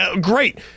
great